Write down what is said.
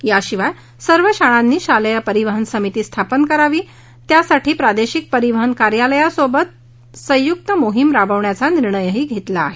याशिवाय सर्व शाळांनी शालेय परिवहन समिती स्थापन कराव्यात यासाठी प्रादेशिक परिवहन कार्यालयाबरोबर संयुक्त मोहिम राबवण्याचा निर्णयही घेतला आहे